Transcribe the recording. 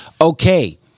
Okay